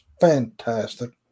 Fantastic